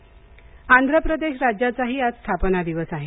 आंध्र प्रदेश आंध्र प्रदेश राज्याचा आज स्थापना दिवस आहे